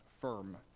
firm